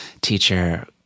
teacher